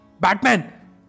Batman